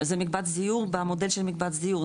זה מקבץ דיור במודל של מקבץ דיור,